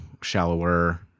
shallower